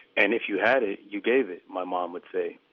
and if you had it, you gave it, my mom would say